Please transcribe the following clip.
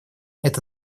это